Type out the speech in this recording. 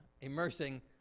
immersing